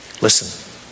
Listen